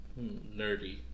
Nerdy